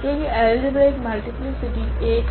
क्योकि algebraic multiplicity 1 है